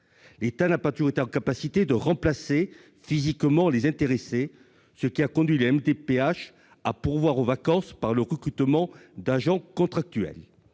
L'État n'ayant pas toujours été en mesure de remplacer physiquement les intéressés, les MDPH ont dû pourvoir aux vacances par le recrutement d'agents contractuels.